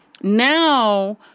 now